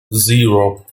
zero